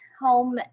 home